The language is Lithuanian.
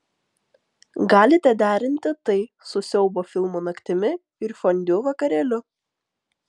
galite derinti tai su siaubo filmų naktimi ir fondiu vakarėliu